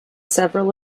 several